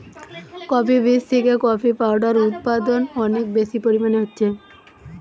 coffee বীজ থিকে coffee powder উদপাদন অনেক বেশি পরিমাণে হচ্ছে